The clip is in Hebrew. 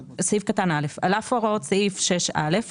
סעיף קטן (א) על אף הוראות סעיף 6א,